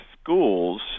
schools